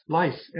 life